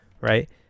right